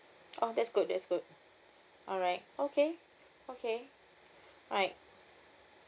oh that's good that's good alright okay okay alright